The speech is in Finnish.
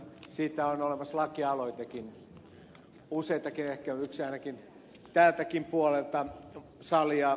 siitä on olemassa lakialoitekin useitakin ehkä yksi ainakin täältäkin puolelta salia